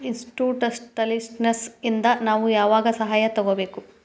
Institutional investors ಇಂದಾ ನಾವು ಯಾವಾಗ್ ಸಹಾಯಾ ತಗೊಬೇಕು?